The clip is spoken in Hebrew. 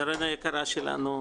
שרן היקרה שלנו,